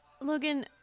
logan